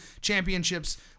championships